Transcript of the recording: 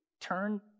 turn